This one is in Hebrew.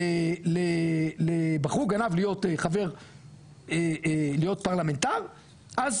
בחרו גנב להיות פרלמנטר אז,